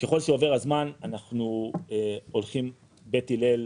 שככל שעובר הזמן אנחנו הולכים בית הלל,